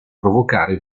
provocare